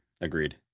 Agreed